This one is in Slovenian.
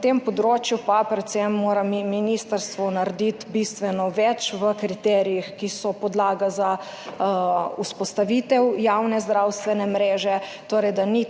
Na tem področju pa mora predvsem ministrstvo narediti bistveno več v kriterijih, ki so podlaga za vzpostavitev javne zdravstvene mreže, torej da ta